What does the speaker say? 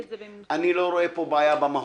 אני לא רואה פה בעיה במהות.